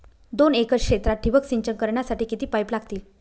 दोन एकर क्षेत्रात ठिबक सिंचन करण्यासाठी किती पाईप लागतील?